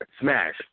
Smash